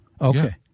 Okay